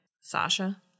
sasha